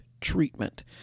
treatment